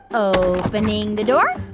opening the door i